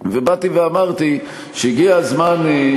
ובאתי ואמרתי שהגיע הזמן,